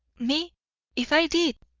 me if i did!